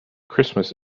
christmas